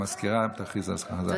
המזכיר תודיע הודעה.